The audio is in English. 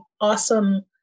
awesome